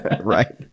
Right